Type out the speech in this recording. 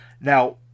Now